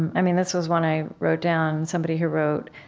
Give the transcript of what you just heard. and i mean this was one i wrote down, somebody who wrote,